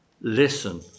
Listen